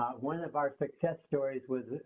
um one of our success stories was,